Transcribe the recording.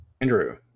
Andrew